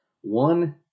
one